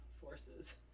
forces